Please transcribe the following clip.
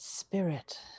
spirit